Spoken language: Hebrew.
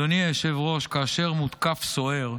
אדוני היושב-ראש, כאשר מותקף סוהר,